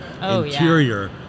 interior